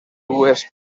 dues